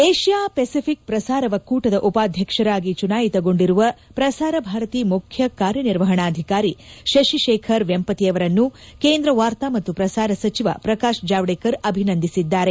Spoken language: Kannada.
ಏಷ್ಯಾ ಪೆಸಿಫಿಕ್ ಪ್ರಸಾರ ಒಕ್ಕೂಟದ ಉಪಾಧ್ಯಕ್ಷರಾಗಿ ಚುನಾಯಿತಗೊಂಡಿರುವ ಪ್ರಸಾರ ಭಾರತಿ ಮುಖ್ಯ ಕಾರ್ಯನಿರ್ವಹಣಾಧಿಕಾರಿ ಶಶಿಶೇಖರ್ ವೆಂಪತಿ ಅವರನ್ನು ಕೇಂದ್ರ ವಾರ್ತಾ ಮತ್ತು ಪ್ರಸಾರ ಸಚಿವ ಪ್ರಕಾಶ್ ಜಾವಡೇಕರ್ ಅಭಿನಂದಿಸಿದ್ದಾರೆ